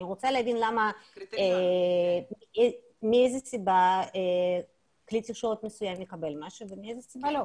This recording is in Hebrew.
אני רוצה להבין מאיזה סיבה כלי תקשורת מסוים מקבל משהו ומאיזה סיבה לא.